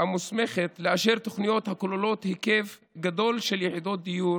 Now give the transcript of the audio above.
המוסמכת לאשר תוכניות הכוללות היקף גדול של יחידות דיור